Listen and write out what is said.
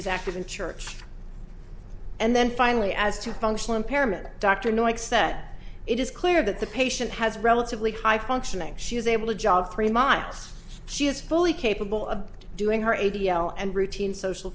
is active in church and then finally as to functional impairment dr noise said it is clear that the patient has relatively high functioning she is able to jog three miles she is fully capable of doing her a t l and routine social